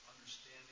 understanding